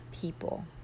people